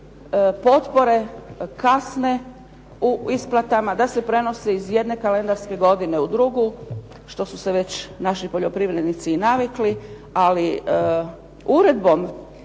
potpore kasne u isplatama, da se prenose iz jedne kalendarske godine u drugu, što su se već naši poljoprivrednici i navikli. Ali uredbom